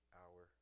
hour